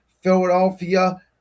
Philadelphia